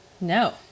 No